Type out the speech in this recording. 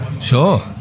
Sure